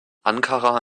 ankara